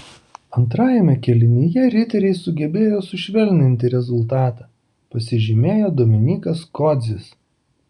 antrajame kėlinyje riteriai sugebėjo sušvelninti rezultatą pasižymėjo dominykas kodzis